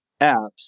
apps